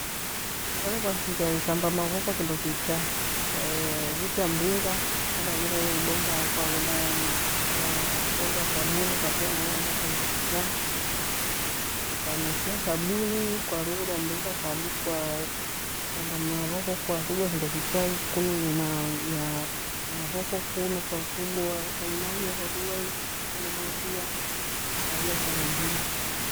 Kole kwashigha ithema maoko kindokicha kwavikia miingi kole haghire bumba kwaghenda kwaondoa thabuni kwafia hena mavoko kindokicha, ukamifia thabuni kwonighiria mronga kadu kwa thamba mavoko kwathugua kindokicha kunu nyuma ya mavoko kunu kwa thigua ukamimalia kuathigua mothia kwaelesha na monga.